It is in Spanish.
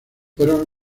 fueron